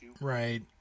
Right